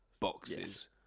boxes